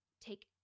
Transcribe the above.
take